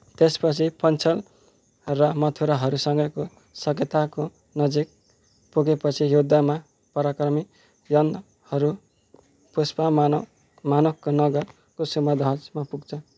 त्यसपछि पञ्चाल र मथुराहरूसँगै साकेताको नजिक पुगेपछि युद्धमा पराक्रमी यवनहरू पुष्प मानकको नगर कुसुमाध्वजमा पुग्छन्